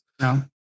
No